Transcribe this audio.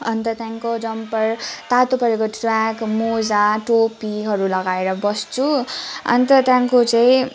अन्त त्यहाँदेखिको जम्पर तातो परेको ट्र्याक मोजा टोपीहरू लगाएर बस्छु अन्त त्यहाँदेखिको चाहिँ